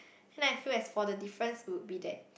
now I feel as for the difference would be that